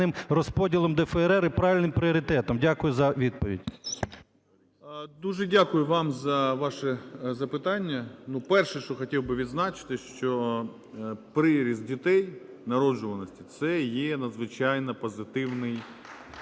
Дуже дякую вам за ваше запитання. Перше, що хотів би відзначити, що приріст дітей, народжуваності, це є надзвичайно позитивний...